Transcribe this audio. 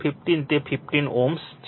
15 તે 15 Ω છે